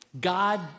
God